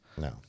No